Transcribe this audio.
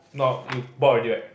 not you bored already right